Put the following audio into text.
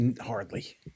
Hardly